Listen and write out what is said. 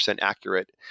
accurate